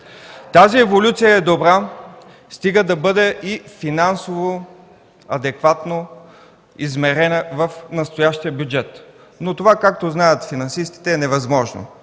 Тази еволюция е добра, стига да бъде финансово адекватно изменена в настоящия бюджет. Но това, както знаят финансистите, е невъзможно.